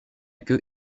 queue